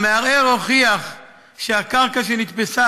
המערער הוכיח שהקרקע שנתפסה,